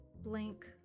blank